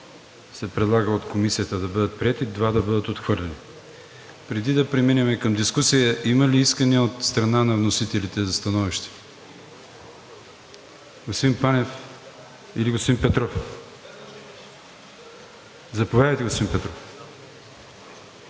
се предлага от Комисията да бъдат приети, а два да бъдат отхвърлени. Преди да преминем към дискусия, има ли искане от страна на вносителите за становище? Господин Панев или господин Петров? Заповядайте, господин Петров.